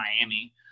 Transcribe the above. Miami